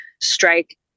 strike